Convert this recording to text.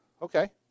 Okay